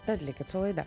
tad likit su laida